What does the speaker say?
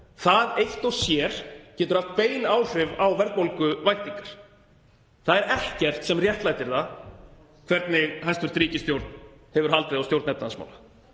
Það eitt og sér getur haft bein áhrif á verðbólguvæntingar. Það er ekkert sem réttlætir það hvernig hæstv. ríkisstjórn hefur haldið á stjórn efnahagsmála.